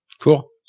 cool